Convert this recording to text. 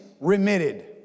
remitted